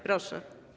Proszę.